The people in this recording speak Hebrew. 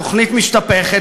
תוכנית משתפכת,